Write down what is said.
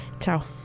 Ciao